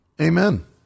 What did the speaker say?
Amen